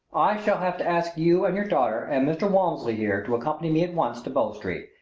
i shall have to ask you and your daughter and mr. walmsley here to accompany me at once to bow street.